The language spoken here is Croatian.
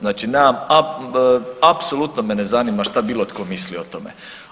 Znači nemam, apsolutno me ne zanima što bilo tko misli o tome.